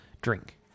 drink